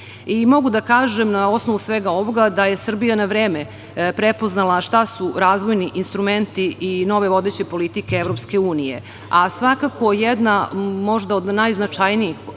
Mogu da kažem, na osnovu svega ovoga, da je Srbija na vreme prepoznala šta su razvojni instrumenti i nove vodeće politike EU, a svakako jedna od najznačajnijih